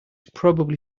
probably